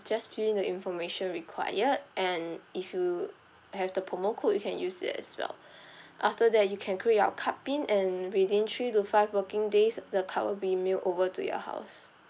just fill in the information required and if you have the promo code you can use it as well after that you can create your card pin and within three to five working days the card will be mailed over to your house